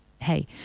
hey